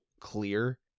clear